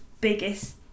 biggest